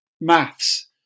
maths